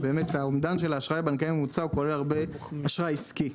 שהאומדן של האשראי הבנקאי המוצע באמת כולל הרבה אשראי עסקי.